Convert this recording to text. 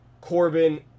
Corbin